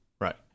Right